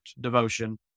devotion